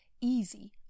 easy